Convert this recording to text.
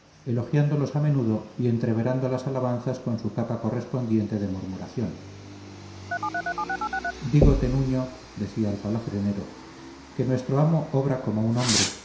respectivos amos elogiándolos a menudo y entreverando las alabanzas con su capa correspondiente de murmuración dígote nuño decía el palafrenero que nuestro amo obra como un hombre